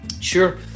Sure